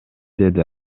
деди